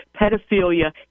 pedophilia